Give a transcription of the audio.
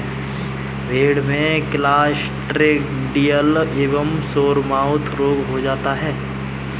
भेड़ में क्लॉस्ट्रिडियल एवं सोरमाउथ रोग हो जाता है